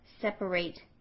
separate